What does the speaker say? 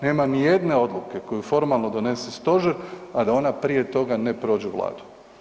Nema nijedne odluke koju formalno donese Stožer, a da ona prije toga ne prođe Vladu.